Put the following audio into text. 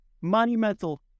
monumental